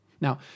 Now